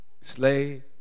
slay